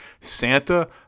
Santa